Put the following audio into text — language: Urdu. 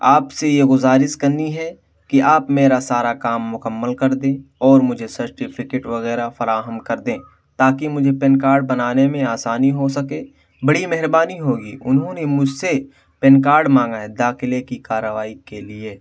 آپ سے یہ گزارش کرنی ہے کہ آپ میرا سارا کام مکمل کر دیں اور مجھے سرٹیفکیٹ وغیرہ فراہم کر دیں تا کہ مجھے پین کارڈ بنانے میں آسانی ہو سکے بڑی مہربانی ہوگی انہوں نے مجھ سے پین کارڈ مانگا ہے داکلے کی کارروائی کے لیے